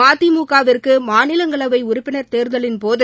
மதிமுக விற்கு மாநிலங்களவை உறுப்பினர் தேர்தலின்போது